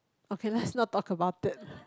okay let's not talk about it